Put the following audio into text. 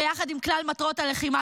ביחד עם כלל מטרות הלחימה,